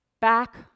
back